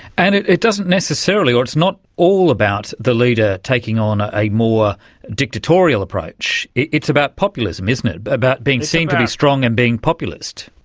and it it doesn't necessarily or it's not all about the leader taking on ah a more dictatorial approach, it's about populism, isn't it, about being seen to be strong and being populist.